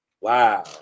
Wow